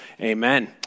Amen